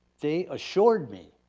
they assured me,